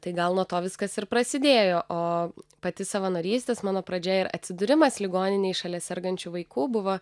tai gal nuo to viskas ir prasidėjo o pati savanorystės mano pradžia atsidūrimas ligoninėj šalia sergančių vaikų buvo